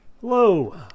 Hello